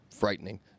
Frightening